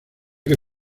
que